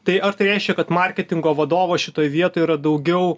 tai ar tai reiškia kad marketingo vadovo šitoj vietoj yra daugiau